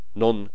non